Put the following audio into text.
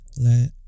let